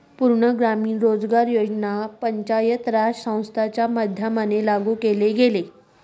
पूर्ण ग्रामीण रोजगार योजना पंचायत राज संस्थांच्या माध्यमाने लागू केले गेले